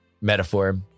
metaphor